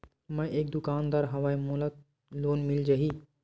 मै एक दुकानदार हवय मोला लोन मिल जाही?